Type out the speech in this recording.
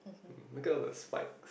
um look at all the spikes